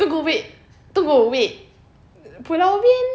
tunggu wait tunggu wait pulau ubin